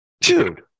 Dude